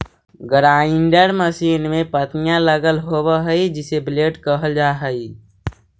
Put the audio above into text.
grinder machine में पत्तियाँ लगल होव हई जिसे ब्लेड कहल जा हई